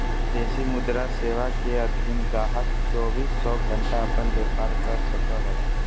विदेशी मुद्रा सेवा के अधीन गाहक़ चौबीसों घण्टा अपन व्यापार कर सको हय